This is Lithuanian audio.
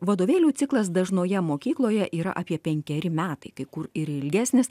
vadovėlių ciklas dažnoje mokykloje yra apie penkeri metai kai kur ir ilgesnis